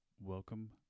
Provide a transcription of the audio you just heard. welcome